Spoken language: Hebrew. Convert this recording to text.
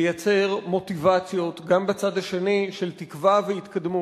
לייצר מוטיבציות, גם בצד השני, של תקווה והתקדמות.